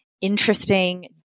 interesting